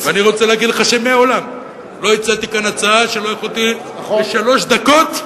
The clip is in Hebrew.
ואני רוצה להגיד לך שמעולם לא הצגתי כאן הצעה שלא יכולתי בשלוש דקות,